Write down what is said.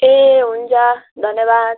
ए हुन्छ धन्यवाद